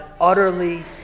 utterly